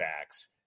backs